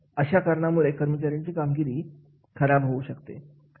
अशा कारणांमुळे कर्मचाऱ्यांची कामगिरी खराब होत असते